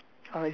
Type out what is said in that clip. is like